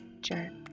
jerk